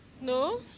No